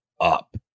up